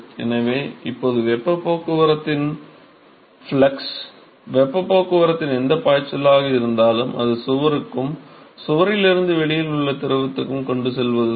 எனவே இப்போது வெப்பப் போக்குவரத்தின் ஃப்ளக்ஸ் வெப்பப் போக்குவரத்தின் எந்தப் பாய்ச்சலாக இருந்தாலும் அது சுவருக்கும் சுவரில் இருந்து வெளியில் உள்ள திரவத்துக்கும் கொண்டு செல்வதுதான்